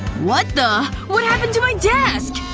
what the what happened to my desk?